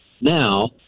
now